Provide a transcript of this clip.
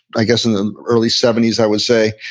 i guess, in their early seventy s, i would say.